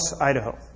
Idaho